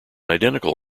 identical